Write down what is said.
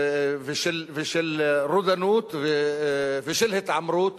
ושל רודנות ושל התעמרות,